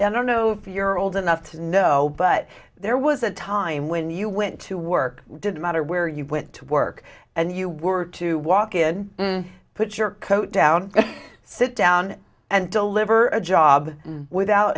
everybody i don't know if you're old enough to know but there was a time when you went to work didn't matter where you went to work and you were to walk in put your coat down sit down and deliver a job without